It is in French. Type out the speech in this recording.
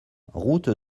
route